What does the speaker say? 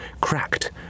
cracked